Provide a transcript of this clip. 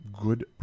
good